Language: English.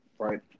Right